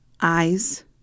eyes